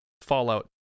Fallout